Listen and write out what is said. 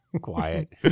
Quiet